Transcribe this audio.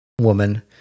woman